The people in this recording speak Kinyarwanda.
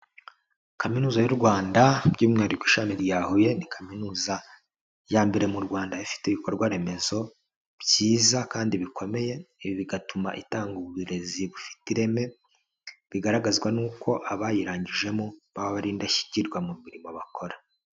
Kaminuza y'u Rwanda by'umwihariko ishami rya Huye ni kaminuza ya mbere mu Rwanda ifite ibikorwa remezo byiza kandi bikomeye, ibi bigatuma itanga uburezi bufite ireme, bigaragazwa nuko abayirangijemo, baba ari indashyikirwa mu mirimo bakora.